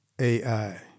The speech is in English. AI